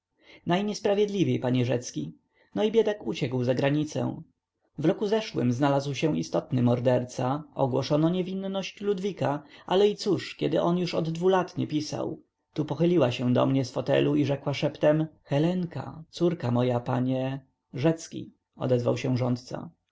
wtrącił eks-obywatel najniesprawiedliwiej panie rzecki no i on biedak uciekł za granicę w roku zeszłym znalazł się istotny morderca ogłoszono niewinność ludwika ale i cóż kiedy on już od dwu lat nie pisał tu pochyliła się do mnie z fotelu i rzekła szeptem helenka córka moja panie rzecki odezwał się rządca